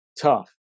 Tough